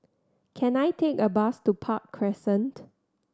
can I take a bus to Park Crescent